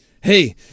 hey